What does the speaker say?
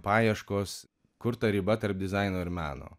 paieškos kur ta riba tarp dizaino ir meno